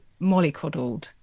mollycoddled